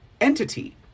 entity